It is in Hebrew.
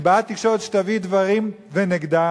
אני בעד תקשורת שתביא דברים ונגדם,